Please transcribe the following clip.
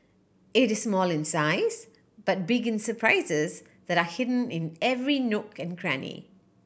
it is small in size but big in surprises that are in every nook and cranny